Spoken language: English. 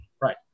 Right